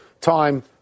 time